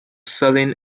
selling